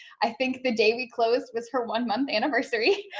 i think the day we closed was her one month anniversary,